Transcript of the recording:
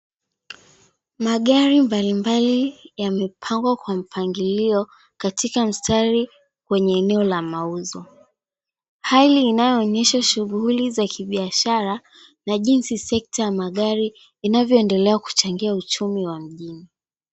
Magari mbalimbali yamepangwa kwa mpangilio katika mstari kwenye eneo la mauzo hali inayoonyesha shughuli za kibiashara na jinsi sekta ya magari inavyoendelea kuchangia uchumi wa mjini.